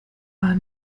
war